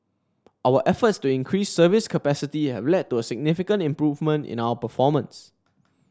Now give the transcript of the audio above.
our efforts to increase service capacity have led to a significant improvement in our performance